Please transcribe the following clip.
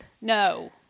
no